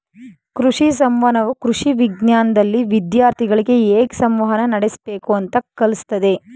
ಕೃಷಿ ಸಂವಹನವು ಕೃಷಿ ವಿಜ್ಞಾನ್ದಲ್ಲಿ ವಿದ್ಯಾರ್ಥಿಗಳಿಗೆ ಹೇಗ್ ಸಂವಹನ ನಡಸ್ಬೇಕು ಅಂತ ಕಲ್ಸತದೆ